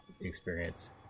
experience